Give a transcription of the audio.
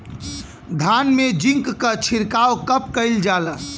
धान में जिंक क छिड़काव कब कइल जाला?